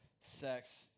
sex